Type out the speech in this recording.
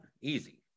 Easy